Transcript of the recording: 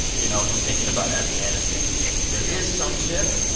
you know, and thinking about afghanistan even. there is some shift,